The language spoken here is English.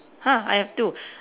!huh! I have two